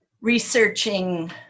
researching